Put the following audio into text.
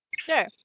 sure